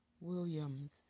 Williams